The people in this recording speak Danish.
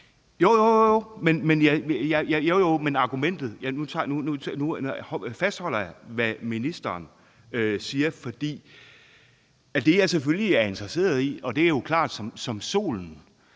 drejer sig om argumentet. Nu fastholder jeg, hvad ministeren siger. For det, jeg selvfølgelig er interesseret i – det er jo klart som solen